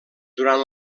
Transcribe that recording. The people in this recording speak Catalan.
durant